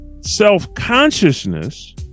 self-consciousness